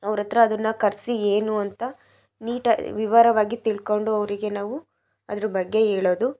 ಅವ್ರ ಹತ್ತಿರ ಅದನ್ನು ಕರೆಸಿ ಏನು ಅಂತ ನೀಟಾ ವಿವರವಾಗಿ ತಿಳಕೊಂಡು ಅವರಿಗೆ ನಾವು ಅದರ ಬಗ್ಗೆ ಹೇಳೋದು